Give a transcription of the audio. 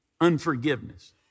unforgiveness